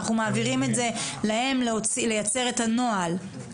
אנחנו מעבירים את זה להם לייצר את הנוהל.